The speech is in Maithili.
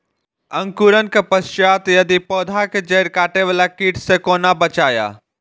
अंकुरण के पश्चात यदि पोधा के जैड़ काटे बाला कीट से कोना बचाया?